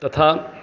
तथा